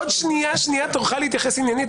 עוד שנייה תורך להתייחס עניינית.